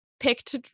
picked